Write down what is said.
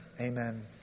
Amen